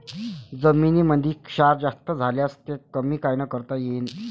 जमीनीमंदी क्षार जास्त झाल्यास ते कमी कायनं करता येईन?